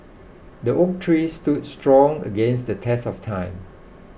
the oak tree stood strong against the test of time